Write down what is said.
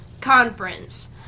conference